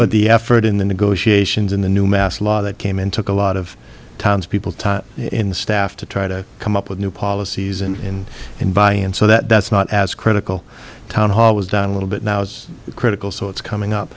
but the effort in the negotiations in the new mass law that came in took a lot of townspeople time in staff to try to come up with new policies in and by and so that's not as critical town hall was down a little bit now it's critical so it's coming up